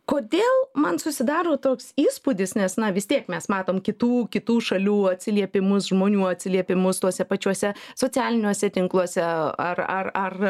kodėl man susidaro toks įspūdis nes na vis tiek mes matom kitų kitų šalių atsiliepimus žmonių atsiliepimus tuose pačiuose socialiniuose tinkluose ar ar ar